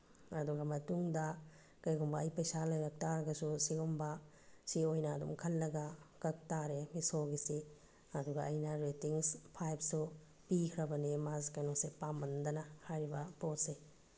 ꯑꯗꯨꯒ ꯃꯇꯨꯡꯗ ꯀꯔꯤꯒꯨꯝꯕ ꯑꯩ ꯄꯩꯁꯥ ꯂꯩꯔꯛ ꯇꯥꯔꯒꯁꯨ ꯁꯤꯒꯨꯝꯕ ꯁꯤ ꯑꯣꯏꯅ ꯑꯗꯨꯝ ꯈꯜꯂꯒ ꯀꯛ ꯇꯥꯔꯦ ꯃꯤꯁꯣꯒꯤꯁꯤ ꯑꯗꯨꯒ ꯑꯩꯅ ꯔꯦꯇꯤꯡꯁ ꯐꯥꯏꯚꯁꯨ ꯄꯤꯈ꯭ꯔꯕꯅꯤ ꯀꯩꯅꯣꯁꯦ ꯄꯥꯝꯃꯟꯗꯅ ꯍꯥꯏꯔꯤꯕ ꯄꯣꯠꯁꯦ